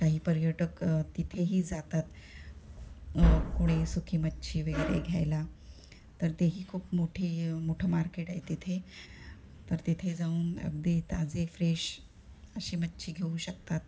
काही पर्यटक तिथेही जातात कोणी सुकी मच्छी वगैरे घ्यायला तर तेही खूप मोठी मोठं मार्केट आहे तिथे तर तिथे जाऊन अगदी ताजे फ्रेश अशी मच्छी घेऊ शकतात